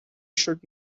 should